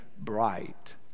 bright